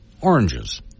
oranges